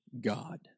God